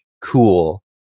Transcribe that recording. Cool